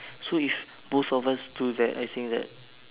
so if both of us do that I think that